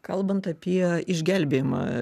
kalbant apie išgelbėjimą